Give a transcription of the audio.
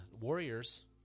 warriors